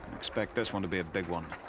expect this one to be a big one.